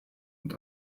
und